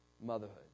Motherhood